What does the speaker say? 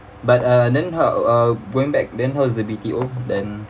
but uh then how uh going back then how is the B_T_O then